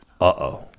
Uh-oh